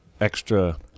extra